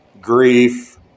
grief